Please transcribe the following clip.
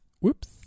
Whoops